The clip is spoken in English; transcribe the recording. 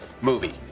movie